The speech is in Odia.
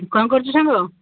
କ'ଣ କରୁଛୁ ସାଙ୍ଗ